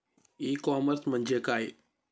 E commerce म्हणजे काय?